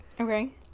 Okay